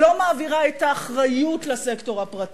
היא לא מעבירה את האחריות לסקטור הפרטי.